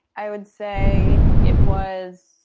i would say it was